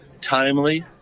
timely